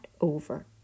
over